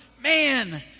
man